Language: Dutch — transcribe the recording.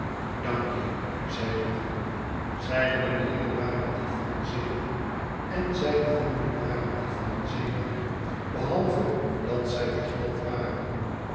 dank je zei de man zijne manieren waren die van een zeeman en zijne handen waren die van een zeeman behalve dat zij te glad waren